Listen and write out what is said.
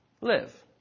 live